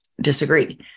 disagree